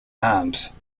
arms